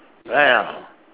right or not